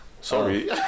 Sorry